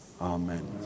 Amen